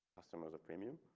customers a premium